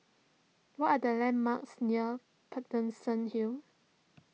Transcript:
what are the landmarks near Paterson Hill